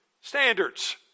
standards